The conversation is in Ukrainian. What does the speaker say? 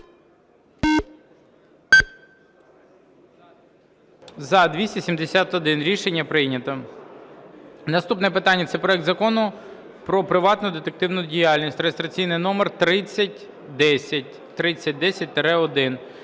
За-271 Рішення прийнято. Наступне питання – це проект Закону про приватну детективну діяльність (реєстраційний номер 3010,